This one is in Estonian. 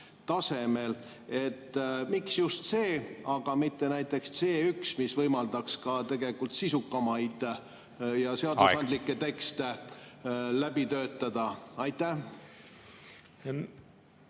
B2-tasemel. Miks just see, aga mitte näiteks C1, mis võimaldaks tegelikult ka sisukamaid, ka seadusandlikke tekste läbi töötada? Mõnel